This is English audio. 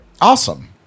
Awesome